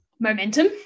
momentum